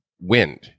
wind